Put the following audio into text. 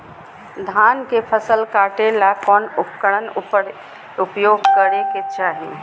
धान के फसल काटे ला कौन उपकरण उपयोग करे के चाही?